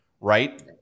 right